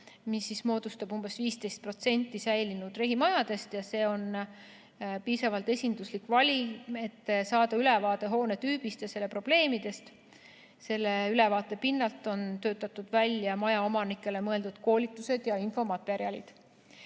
mis moodustab umbes 15% säilinud rehimajadest. See on piisavalt esinduslik valim, et saada ülevaade hoonetüübist ja selle probleemidest. Selle ülevaate pinnalt on töötatud välja majaomanikele mõeldud koolitused ja infomaterjalid.